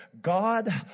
God